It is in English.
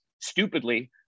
stupidly